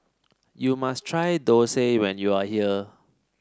you must try thosai when you are here